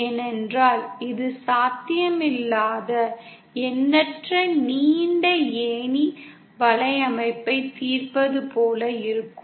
ஏனென்றால் இது சாத்தியமில்லாத எண்ணற்ற நீண்ட ஏணி வலையமைப்பைத் தீர்ப்பது போல இருக்கும்